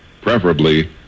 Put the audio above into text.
preferably